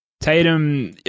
Tatum